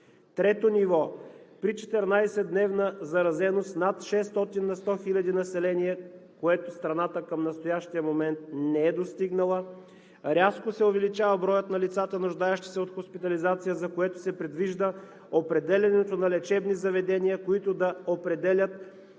Трето ниво: При 14-дневна заразеност над 600 на 100 хиляди население, което страната към настоящия момент не е достигнала, рязко се увеличава броят на лицата, нуждаещи се от хоспитализация, за което се предвижда определянето на лечебни заведения, които да определят пълния